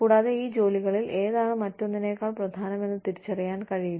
കൂടാതെ ഈ ജോലികളിൽ ഏതാണ് മറ്റൊന്നിനേക്കാൾ പ്രധാനമെന്ന് തിരിച്ചറിയാൻ കഴിയില്ല